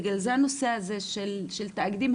בגלל זה הנושא הזה של התאגידים,